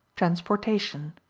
transportation